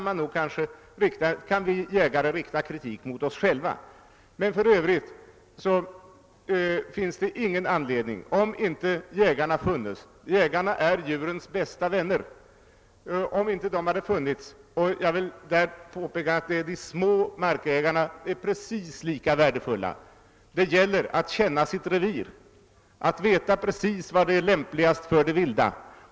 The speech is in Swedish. Beträffande detta kan vi jägare rikta kritik mot oss själva. Jägarna är djurens bästa vänner. De små markägarna är precis lika värdefulia som de som har större markområden. Det gäller att känna sitt revir och veta vad som är lämpligast för viltet.